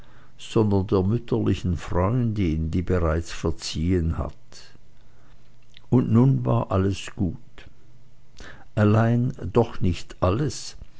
sondern der mütterlichen freundin die bereits verziehen hat und nun war alles gut allein doch nicht alles